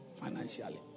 financially